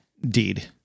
deed